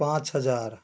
पाँच हज़ार